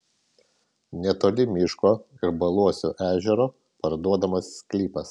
netoli miško ir baluosio ežero parduodamas sklypas